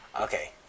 Okay